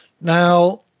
Now